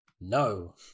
No